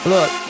Look